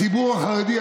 הציבור החרדי,